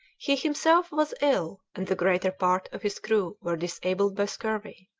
he himself was ill, and the greater part of his crew were disabled by scurvy.